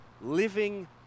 living